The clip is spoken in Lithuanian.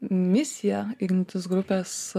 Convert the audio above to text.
misija ignitis grupės